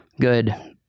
Good